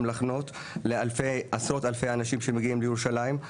להחנות לעשרות אלפי האנשים שמגיעים לירושלים.